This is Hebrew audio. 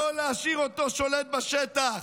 לא להשאיר אותו שולט בשטח,